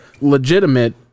legitimate